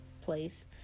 place